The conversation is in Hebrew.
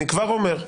אני כבר אומר,